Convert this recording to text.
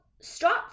stop